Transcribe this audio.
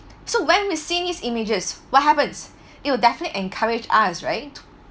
so when we sees images what happens it will definitely encourage us right